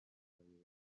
abayobozi